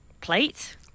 Plate